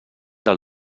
del